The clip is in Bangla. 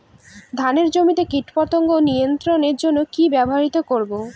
ধানের জমিতে কীটপতঙ্গ নিয়ন্ত্রণের জন্য কি ব্যবহৃত করব?